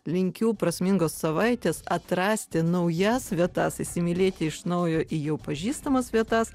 linkiu prasmingos savaitės atrasti naujas vietas įsimylėti iš naujo jau pažįstamas vietas